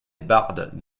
bardes